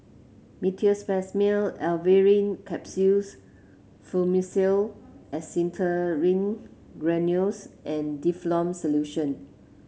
Meteospasmyl Alverine Capsules Fluimucil Acetylcysteine Granules and Difflam Solution